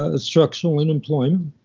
ah structural unemployment,